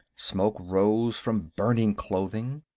smoke rose from burning clothing.